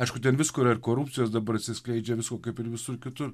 aišku ten visko yra ir korupcijos dabar atsiskleidžia visko kaip ir visur kitų